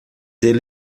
ele